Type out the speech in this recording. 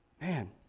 man